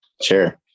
sure